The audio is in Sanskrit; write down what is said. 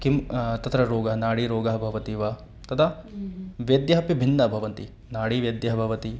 किं तत्र रोगः नाडीरोगः भवति वा तदा वैद्याः अपि भिन्नाः भवन्ति नाडीवैद्यः भवति